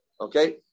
Okay